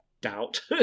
doubt